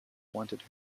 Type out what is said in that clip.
wanted